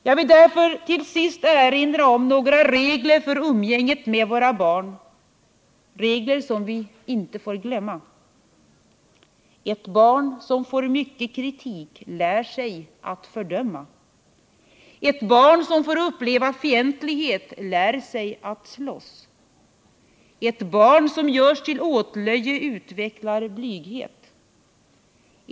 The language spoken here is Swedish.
Jag vill därför till sist erinra om några regler för umgänget med våra barn som vi inte får glömma. Ett barn som får mycket kritik lär sig att fördöma. Ett barn som får uppleva fientlighet lär sig att slåss. Ett barn som görs till åtlöje utvecklar blyghet.